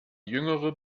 jüngere